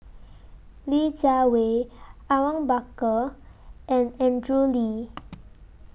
Li Jiawei Awang Bakar and Andrew Lee